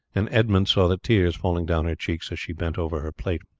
and edmund saw the tears falling down her cheeks as she bent over her plate.